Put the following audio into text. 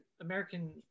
American